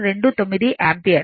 29 ampere